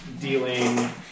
dealing